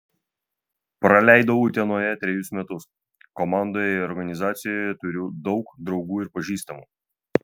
praleidau utenoje trejus metus komandoje ir organizacijoje turiu daug draugų ir pažįstamų